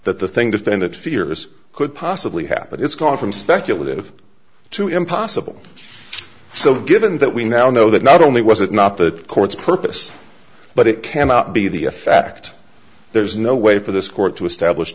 that the thing defendant fears could possibly happen it's gone from speculative to impossible so given that we now know that not only was it not the court's purpose but it cannot be the effect there's no way for this court to establish